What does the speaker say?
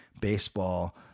baseball